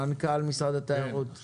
מנכ"ל משרד התיירות, בבקשה.